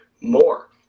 more